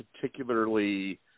particularly